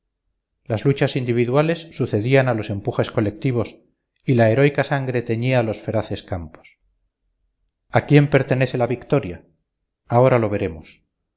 las luchas individuales sucedían a los empujes colectivos y la heroica sangre teñía los feraces campos a quién pertenece la victoria ahora lo veremos